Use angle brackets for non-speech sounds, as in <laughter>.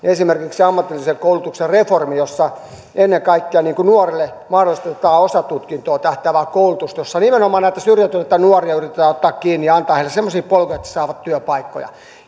<unintelligible> esimerkiksi ammatillisen koulutuksen reformi jossa ennen kaikkea nuorelle mahdollistetaan osatutkintoon tähtäävää koulutusta ja jossa nimenomaan näitä syrjäytyneitä nuoria yritetään ottaa kiinni ja antaa heille semmoisia polkuja että he saavat työpaikkoja